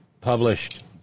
published